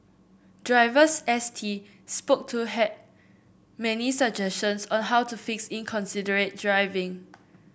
drivers S T spoke to had many suggestions on how to fix inconsiderate driving